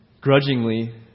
grudgingly